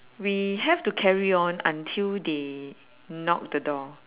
we have to carry on until they knock the door